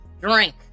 Drink